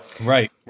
right